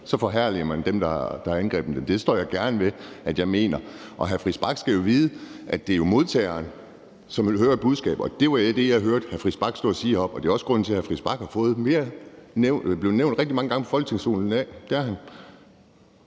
så forherliger man dem, der har angrebet israelerne. Det står jeg gerne ved at jeg mener. Hr. Christian Friis Bach skal jo vide, at det er modtageren, som vil høre et budskab, og det var det, jeg hørte hr. Christian Friis Bach stå at sige heroppe, og det er også grunden til, at hr. Christian Friis Bach er blevet nævnt rigtig mange gange fra Folketingets talerstol i dag.